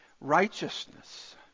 righteousness